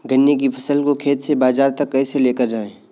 गन्ने की फसल को खेत से बाजार तक कैसे लेकर जाएँ?